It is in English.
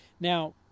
Now